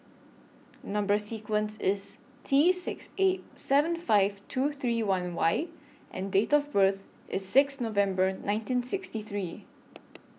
Number sequence IS T six eight seven five two three one Y and Date of birth IS six November nineteen sixty three